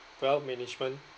wealth management